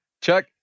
Chuck